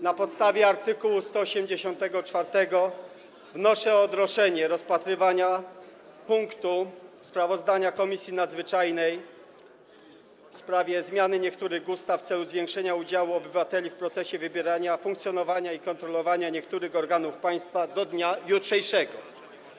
Na podstawie art. 184 wnoszę o odroczenie rozpatrywania punktu dotyczącego sprawozdania Komisji Nadzwyczajnej w sprawie zmiany niektórych ustaw w celu zwiększenia udziału obywateli w procesie wybierania, funkcjonowania i kontrolowania niektórych organów państwa do dnia jutrzejszego.